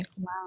Wow